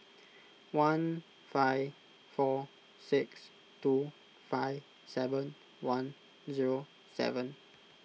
one five four six two five seven one zero seven